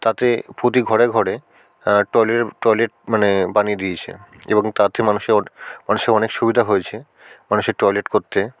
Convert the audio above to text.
তাতে প্রতি ঘরে ঘরে টয়লেটের টয়লেট মানে বানিয়ে দিয়েছে এবং তাতে মানুষর মানুষের অনেক সুবিধা হয়েছে মানুষের টয়লেট করতে